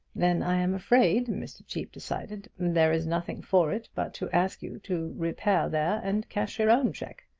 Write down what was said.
then i am afraid, mr. cheape decided, there is nothing for it but to ask you to repair there and cash your own check.